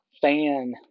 fan